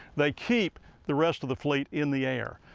they keep the rest of the fleet in the air,